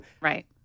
Right